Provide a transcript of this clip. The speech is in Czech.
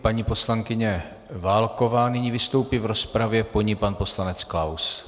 Paní poslankyně Válková nyní vystoupí v rozpravě, po ní pan poslanec Klaus.